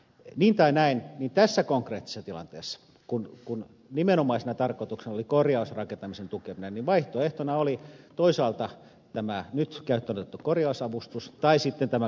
niin tai näin niin tässä konkreettisessa tilanteessa kun nimenomaisena tarkoituksena oli korjausrakentamisen tukeminen vaihtoehtona oli toisaalta tämä nyt käyttöön otettu korjausavustus tai sitten tämä kotitalousvähennyksen laajentaminen